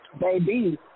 baby